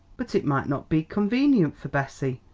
but it might not be convenient for bessie,